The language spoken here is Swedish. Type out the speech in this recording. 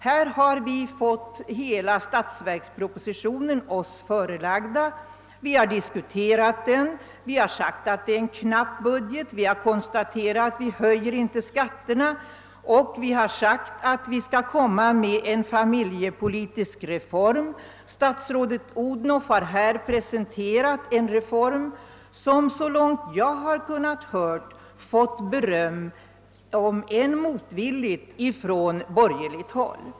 Här har vi fått hela statsverkspropositionen oss förelagd, vi har diskuterat, vi har sagt att budgeten är knapp, vi har inte ytterligare höjt skatterna och vi har fått höra att en familjepolitisk reform skulle föreslås. Statsrådet Odhnoff har också presenterat en reform som såvitt jag har kunnat finna fått beröm, om än motvilligt, från borgerligt håll.